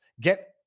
Get